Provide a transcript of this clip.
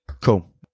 Cool